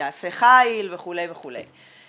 יעשה חיל וכו' וכו'.